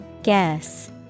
Guess